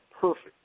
perfect